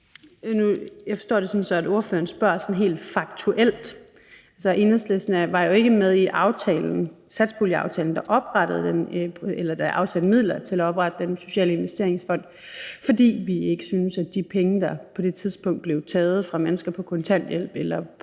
Jeg forstår det sådan, at ordføreren spørger sådan helt faktuelt. Altså, Enhedslisten var jo ikke med i satspuljeaftalen, der afsatte midler til at oprette Den Sociale Investeringsfond, fordi vi ikke syntes, at man skulle finde de penge der – penge, der på det tidspunkt blev taget fra mennesker på kontanthjælp eller